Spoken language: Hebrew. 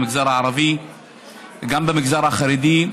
במגזר הערבי וגם במגזר החרדי,